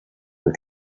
the